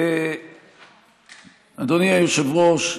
אדוני היושב-ראש,